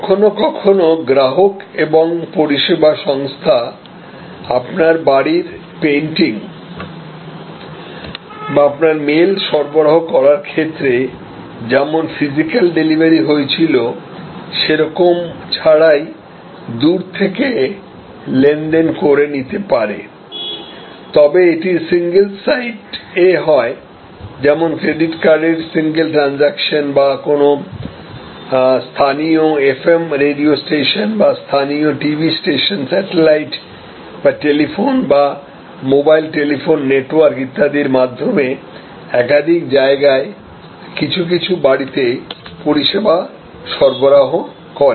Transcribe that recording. কখনও কখনও গ্রাহক এবং পরিষেবা সংস্থা আপনার বাড়ির পেইন্টিং বা আপনার মেইল সরবরাহ করার ক্ষেত্রে যেমন ফিজিক্যাল ডেলিভারি হয়েছিলসেরকম ছাড়াই দূর থেকে লেনদেন করে নিতে পারে তবে এটি সিঙ্গেল সাইটে হয় যেমন ক্রেডিট কার্ডের সিঙ্গেল ট্রানজাকশন বা কোনও স্থানীয় এফএম রেডিও স্টেশন বা স্থানীয় টিভি স্টেশন স্যাটেলাইট বা টেলিফোন বা মোবাইল টেলিফোন নেটওয়ার্ক ইত্যাদির মাধ্যমে একাধিক জায়গার কিছু কিছু বাড়িতে পরিষেবা সরবরাহ করে